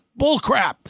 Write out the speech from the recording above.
bullcrap